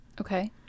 Okay